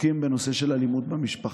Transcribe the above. חוקים בנושא של אלימות במשפחה,